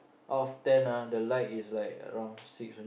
out of ten ah the like is like around six only